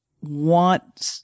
want